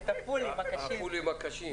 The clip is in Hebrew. את הפולים הקשים.